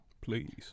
Please